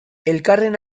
elkarren